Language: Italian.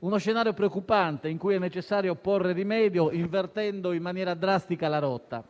uno scenario preoccupante, cui è necessario porre rimedio invertendo in maniera drastica la rotta.